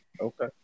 okay